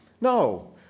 No